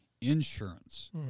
insurance